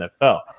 NFL